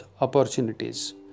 opportunities